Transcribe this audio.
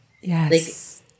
Yes